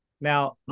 Now